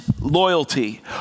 loyalty